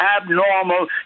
abnormal